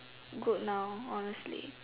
good now honestly